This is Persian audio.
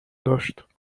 داشت